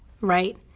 right